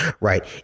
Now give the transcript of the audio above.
Right